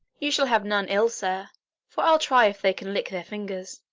you shall have none ill, sir for i'll try if they can lick their fingers.